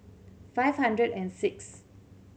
five hundred and sixth